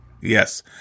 Yes